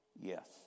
yes